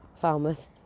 falmouth